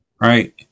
right